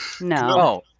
No